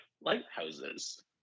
lighthouses